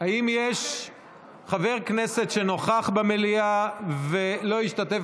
האם יש חבר כנסת שנוכח במליאה ולא השתתף